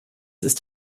ist